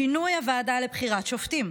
שינוי הוועדה לבחירת שופטים,